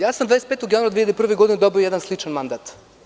Ja sam 25. januara 2001. godine dobio jedan sličan mandat.